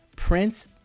Prince